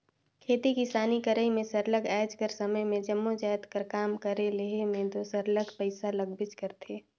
खेती किसानी करई में सरलग आएज कर समे में जम्मो जाएत कर काम कर लेहे में दो सरलग पइसा लागबेच करथे